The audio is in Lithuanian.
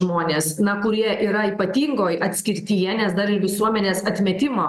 žmonės kurie yra ypatingoj atskirtyje nes dar ir visuomenės atmetimo